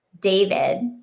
David